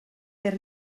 per